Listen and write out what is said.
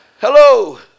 hello